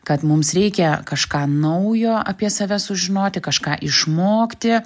kad mums reikia kažką naujo apie save sužinoti kažką išmokti